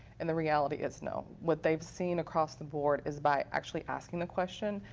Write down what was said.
and the reality is no. what they've seen across the board is by actually asking the question.